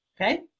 okay